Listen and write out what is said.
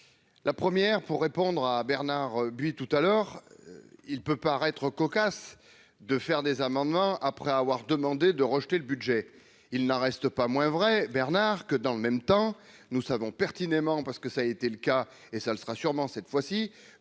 la première pour répondre à Bernard buis tout à l'heure, il peut paraître cocasse de faire des amendements après avoir demandé de rejeter le budget, il n'a reste pas moins vrai Bernard que dans le même temps, nous savons pertinemment parce que ça a été le cas, et ça le sera sûrement cette fois-ci